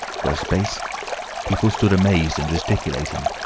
for a space people stood amazed and gesticulating,